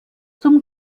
zum